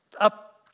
up